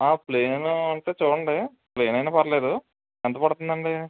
plane ఉంటే చూడండి plain అయిన పర్లేదు ఎంత పడుతుంది అండి